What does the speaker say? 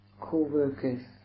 Co-workers